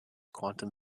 quantum